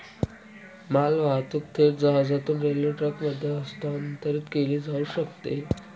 मालवाहतूक थेट जहाजातून रेल्वे ट्रकमध्ये हस्तांतरित केली जाऊ शकते